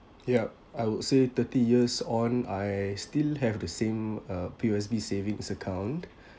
yup I would say thirty years on I still have the same uh P_O_S_B savings account